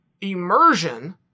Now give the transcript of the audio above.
immersion